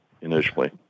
initially